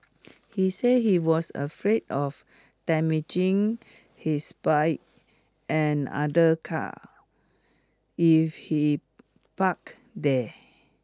he said he was afraid of damaging his bike and other cars if he parked there